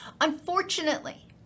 unfortunately